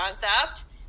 concept